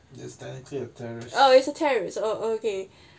just I think it's a terrace